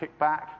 kickback